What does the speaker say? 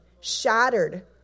shattered